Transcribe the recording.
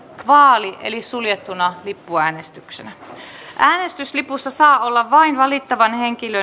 vaali vaali toimitetaan siis umpilipuin äänestyslipussa saa olla vain valittavan